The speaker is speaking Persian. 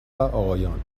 آقایان